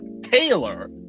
taylor